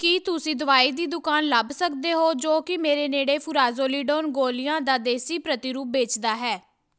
ਕੀ ਤੁਸੀਂ ਦਵਾਈ ਦੀ ਦੁਕਾਨ ਲੱਭ ਸਕਦੇ ਹੋ ਜੋ ਕਿ ਮੇਰੇ ਨੇੜੇ ਫੁਰਾਜ਼ੋਲੀਡੋਨ ਗੋਲੀਆਂ ਦਾ ਦੇਸੀ ਪ੍ਰਤੀਰੂਪ ਵੇਚਦਾ ਹੈ